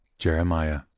Jeremiah